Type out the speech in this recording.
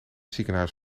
ziekenhuis